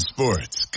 Sports